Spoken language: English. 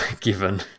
Given